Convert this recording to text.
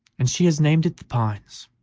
and she has named it the pines